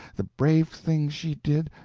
the brave things she did,